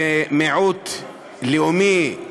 כמיעוט לאומי,